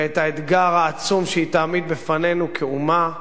ואת האתגר העצום שהיא תעמיד בפנינו כאומה,